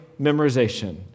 memorization